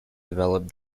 develop